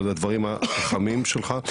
על הדברים החכמים שלך.